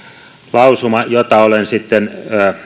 lausuma jota olen sitten